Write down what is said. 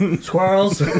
Squirrels